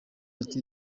ati